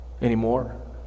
anymore